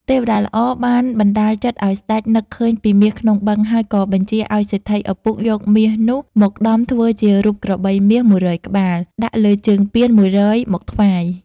ទេវតាល្អបានបណ្ដាលចិត្តឲ្យស្តេចនឹកឃើញពីមាសក្នុងបឹង ហើយក៏បញ្ជាឲ្យសេដ្ឋីឪពុកយកមាសនោះមកដំធ្វើជា រូបក្របីមាស ១០០ ក្បាល ដាក់លើជើងពាន ១០០ មកថ្វាយ។